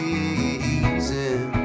easy